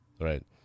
Right